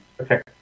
Okay